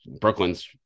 Brooklyn's